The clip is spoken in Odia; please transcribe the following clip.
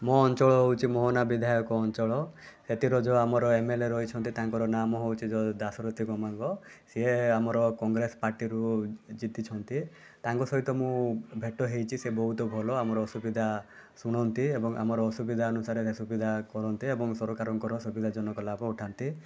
ମୋ ଅଞ୍ଚଳ ହେଉଛି ମୋହନା ବିଧାୟକ ଅଞ୍ଚଳ ସେଥିରେ ଯେଉଁ ଆମର ଏମଏଲଲେ ରହିଛନ୍ତି ତାଙ୍କର ନାମ ହେଉଛି ଦାଶରଥୀ ଗମାର୍ଗ ସିଏ ଆମର କଂଗ୍ରେସ ପାର୍ଟିରୁ ଜିତିଛନ୍ତି ତାଙ୍କ ସହିତ ମୁଁ ଭେଟ ହେଇଛି ସେ ବହୁତ ଭଲ ଆମର ସୁବିଧା ଶୁଣନ୍ତି ଆଉ ଆମର ଅସୁବିଧା ଅନୁସାରେ ସେ ସୁବିଧା କରନ୍ତି ଏବଂ ସରକାରଙ୍କର ସୁବିଧା ଜନକ ଲାଭ ଉଠାନ୍ତି